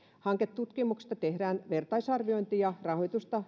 hanketutkimuksista tehdään vertaisarviointi ja rahoitusta